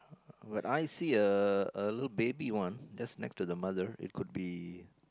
but I see a a little baby one just next to the mother it could be